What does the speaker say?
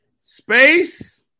Space